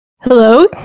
Hello